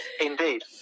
Indeed